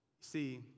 See